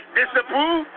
disapprove